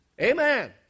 Amen